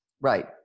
Right